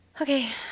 Okay